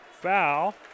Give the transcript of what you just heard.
Foul